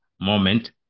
moment